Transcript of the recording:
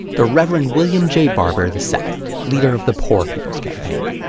the reverend william j barber the second, leader of the poor people's campaign.